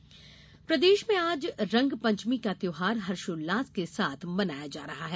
रंगपंचमी प्रदेश में आज रंगपंचमी का त्यौहार हर्षोल्लास के साथ मनाया जा रहा है